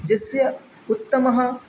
यस्य उत्तमः